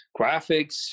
graphics